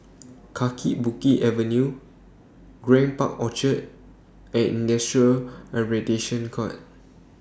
Kaki Bukit Avenue Grand Park Orchard and Industrial Arbitration Court